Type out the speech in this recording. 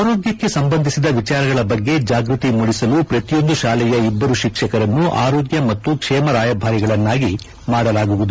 ಆರೋಗ್ಕಕ್ಕೆ ಸಂಬಂಧಿಸಿದ ವಿಚಾರಗಳ ಬಗ್ಗೆ ಜಾಗೃತಿ ಮೂಡಿಸಲು ಪ್ರತಿಯೊಂದು ಶಾಲೆಯ ಇಬ್ಬರು ಶಿಕ್ಷಕರನ್ನು ಆರೋಗ್ಕ ಮತ್ತು ಕ್ಷೇಮ ರಾಯಭಾರಿಗಳನ್ನಾಗಿ ಮಾಡಲಾಗುವುದು